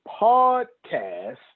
podcast